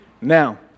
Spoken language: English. Now